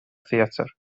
theatr